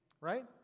Right